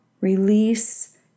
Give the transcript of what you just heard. release